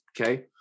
okay